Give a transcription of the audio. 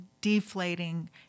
deflating